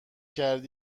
کرد